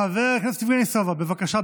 חבר הכנסת יבגני סובה, בבקשה.